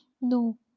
no